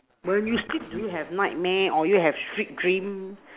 when you sleep do you have nightmare or you have sweet dream